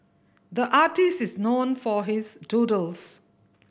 the artist is known for his doodles